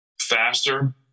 faster